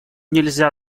нельзя